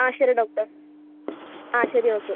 ആ ശരി ഡോക്ടർ ആ ശരി ഓക്കെ